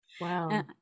Wow